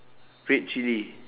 red chilli